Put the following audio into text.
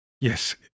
yes